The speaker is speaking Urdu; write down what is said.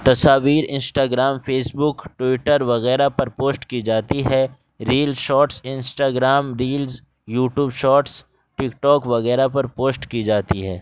تصاویر انسٹاگرام فیسبک ٹوئٹر وغیرہ پر پوسٹ کی جاتی ہے reels shorts Instagram reels YouTube shorts TikTok وغیرہ پر پوسٹ کی جاتی ہے